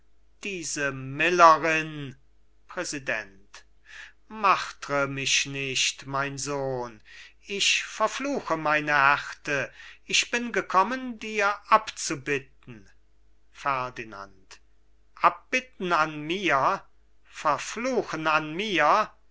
weges diese millerin präsident martre mich nicht mein sohn ich verfluche meine härte ich bin gekommen dir abzubitten ferdinand abbitten an mir verfluchen an mir